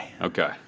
okay